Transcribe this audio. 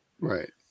Right